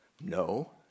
No